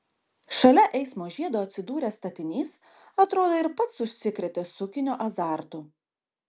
šalia eismo žiedo atsidūręs statinys atrodo ir pats užsikrėtė sukinio azartu